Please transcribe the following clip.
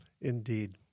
Indeed